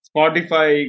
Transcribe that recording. Spotify